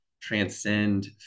transcend